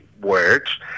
words